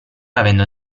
avendo